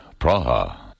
Praha